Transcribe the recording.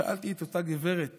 שאלתי את אותה הגברת